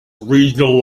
regional